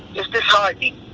it's disheartening.